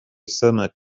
السمك